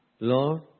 Lord